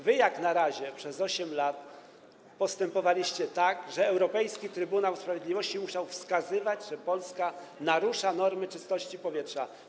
Wy przez 8 lat postępowaliście tak, że Europejski Trybunał Sprawiedliwości musiał wskazywać, że Polska narusza normy czystości powietrza.